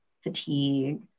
fatigue